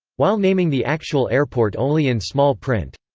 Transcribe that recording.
while naming the actual airport only in small print.